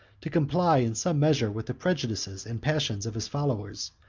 to comply in some measure with the prejudices and passions of his followers,